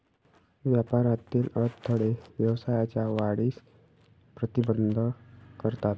व्यापारातील अडथळे व्यवसायाच्या वाढीस प्रतिबंध करतात